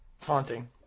Taunting